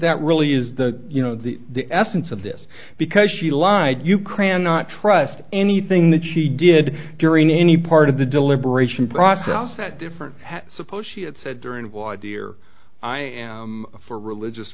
that really is the you know the the essence of this because she lied you cran not trust anything that she did during any part of the deliberation process that different suppose she had said during will i dear i am for religious